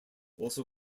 also